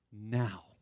now